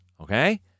okay